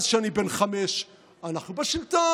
מאז שאני בן חמש: אנחנו בשלטון,